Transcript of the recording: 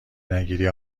نگیری